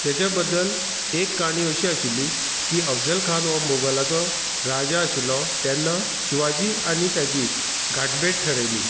तेज्या बद्दल एक काणी अशी आशिल्ली की अफजल खान हो मोगलाचो राजा आशिल्लो तेन्ना शिवाजी आनी ताची घाटभेट ठरयली